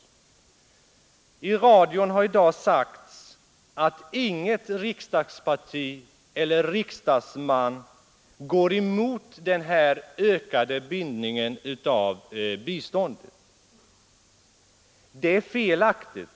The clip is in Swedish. I radion har i dag sagts att inget riksdagsparti och ingen riksdagsman går emot denna ökade bindning av biståndet. Det är felaktigt.